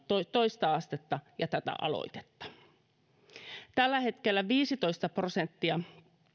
toista astetta ja tätä aloitetta tällä hetkellä viisitoista prosenttia